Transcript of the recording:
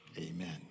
Amen